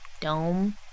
Dome